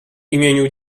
imieniu